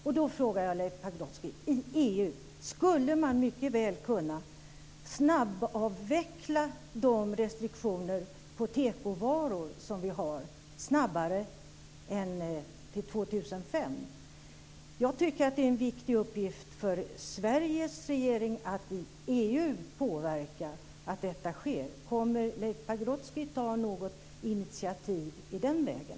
Därför frågar jag Leif Pagrotsky: I EU skulle man mycket väl kunna snabbavveckla de restriktioner på tekovaror som vi har snabbare än till 2005. Jag tycker att det är en viktig uppgift för Sveriges regering att i EU påverka att detta sker. Kommer Leif Pagrotsky att ta något initiativ i den vägen?